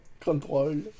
Control